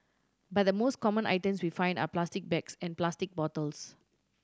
but the most common items we find are plastic bags and plastic bottles